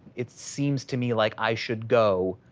it seems to me like i should go,